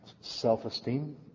Self-esteem